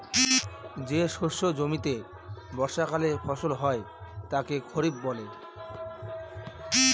যে শস্য জমিতে বর্ষাকালে ফলন হয় তাকে খরিফ বলে